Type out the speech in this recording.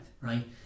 Right